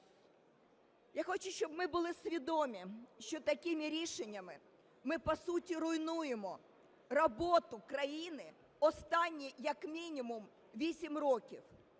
Я хочу, щоб ми були свідомі, що такими рішеннями ми по суті руйнуємо роботу країни останні, як мінімум, 8 років.